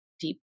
deep